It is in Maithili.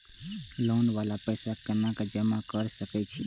लोन वाला पैसा केना जमा कर सके छीये?